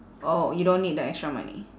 oh you don't need the extra money